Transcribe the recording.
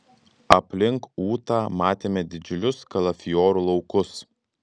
aplink ūtą matėme didžiulius kalafiorų laukus